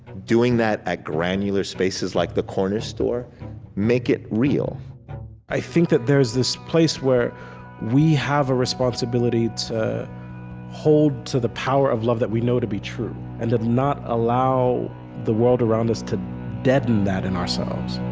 doing that at granular spaces like the corner store make it real i think that there's this place where we have a responsibility to hold to the power of love that we know to be true and to not allow the world around us to deaden that in ourselves